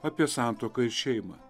apie santuoką ir šeimą